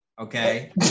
Okay